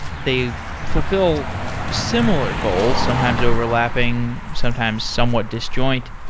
they fulfill similar goals, sometimes overlapping, sometimes somewhat disjoint.